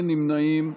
אין נמנעים.